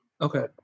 Okay